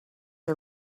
are